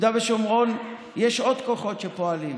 ביהודה ושומרון יש עוד כוחות שפועלים.